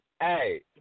Hey